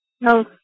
no